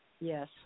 Yes